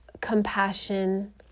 compassion